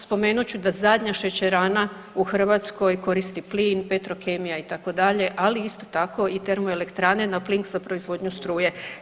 Spomenut ću da zadnja šećerana u Hrvatskoj koristi plin, Petrokemija, itd., ali isto tako i termoelektrane na plin za proizvodnju struje.